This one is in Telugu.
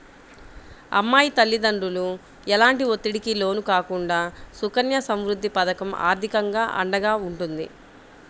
అమ్మాయి తల్లిదండ్రులు ఎలాంటి ఒత్తిడికి లోను కాకుండా సుకన్య సమృద్ధి పథకం ఆర్థికంగా అండగా ఉంటుంది